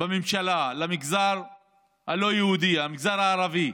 בממשלה למגזר הלא-היהודי, למגזר הערבי,